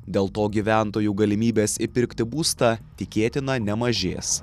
dėl to gyventojų galimybės įpirkti būstą tikėtina nemažės